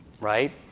right